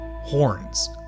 Horns